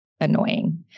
annoying